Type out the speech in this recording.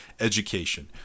education